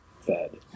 fed